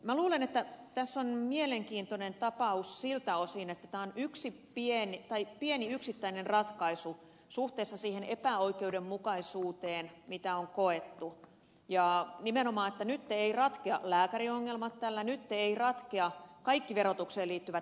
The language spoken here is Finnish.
minä luulen että tässä on mielenkiintoinen tapaus siltä osin että tämä on pieni yksittäinen ratkaisu suhteessa siihen epäoikeudenmukaisuuteen mitä on koettu ja nimenomaan että nyt eivät ratkea lääkäriongelmat tällä nyt eivät ratkea kaikki verotukseen liittyvät epäoikeudenmukaisuudet